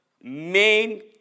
main